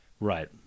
Right